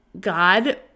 God